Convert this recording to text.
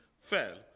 fell